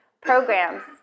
programs